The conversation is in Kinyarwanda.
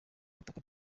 butaka